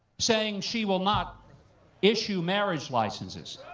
saying she will not issue marriage licenses,